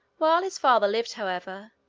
while his father lived, however,